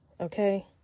okay